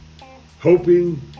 hoping